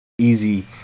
easy